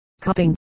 cupping